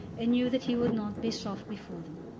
and knew that he would not be soft before them.